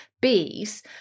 bees